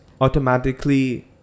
automatically